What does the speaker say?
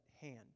hand